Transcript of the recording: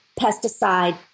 pesticide